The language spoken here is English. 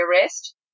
arrest